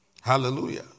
Hallelujah